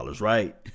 right